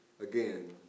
again